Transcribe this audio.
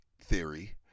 theory